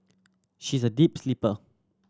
she is a deep sleeper